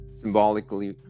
symbolically